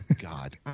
God